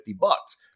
bucks